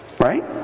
Right